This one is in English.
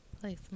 Place